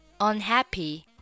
unhappy